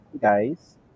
guys